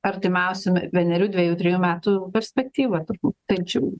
artimiausiame vienerių dvejų trejų metų perspektyvoj turbūt taip čia jau